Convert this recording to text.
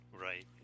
Right